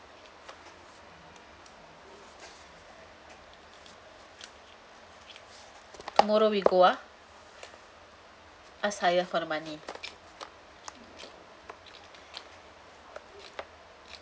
tomorrow we go ah ask ayah for the money